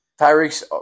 Tyreek's